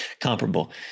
comparable